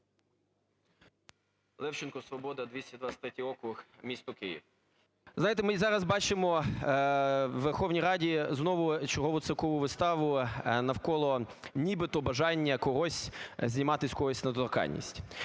Левченко, "Свобода", 223 округ, місто Київ. Ви знаєте, ми зараз бачимо в Верховній Раді знову чергову циркову виставу навколо нібито бажання когось знімати з когось недоторканність.